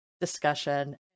discussion